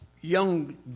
young